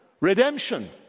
redemption